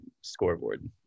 scoreboard